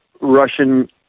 Russian